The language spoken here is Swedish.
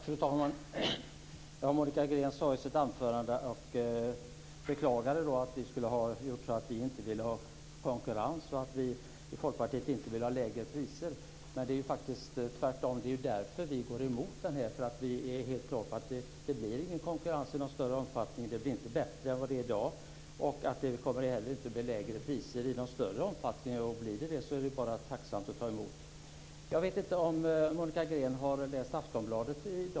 Fru talman! Monica Green beklagade i sitt anförande att vi skulle ha sagt att vi inte ville ha konkurrens och att vi i Folkpartiet inte vill ha lägre priser. Det är faktiskt tvärtom. Det är därför vi är emot. Det är helt klart att det inte blir konkurrens i någon större omfattning. Det blir inte bättre än vad det är i dag. Det kommer inte heller att bli lägre priser i någon större omfattning. Blir det så är det bara att tacksamt ta emot. Jag vet inte om Monica Green har läst Aftonbladet i dag.